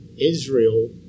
Israel